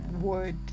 word